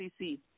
CC